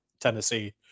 Tennessee